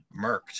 murked